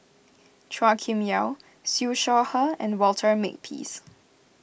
Chua Kim Yeow Siew Shaw Her and Walter Makepeace